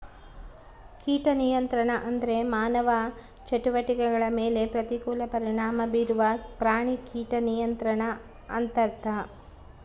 ಕೀಟ ನಿಯಂತ್ರಣ ಅಂದ್ರೆ ಮಾನವ ಚಟುವಟಿಕೆಗಳ ಮೇಲೆ ಪ್ರತಿಕೂಲ ಪರಿಣಾಮ ಬೀರುವ ಪ್ರಾಣಿ ಕೀಟ ನಿಯಂತ್ರಣ ಅಂತರ್ಥ